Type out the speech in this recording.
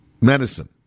medicine